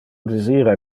desira